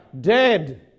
dead